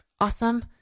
awesome